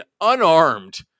unarmed